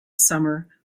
summer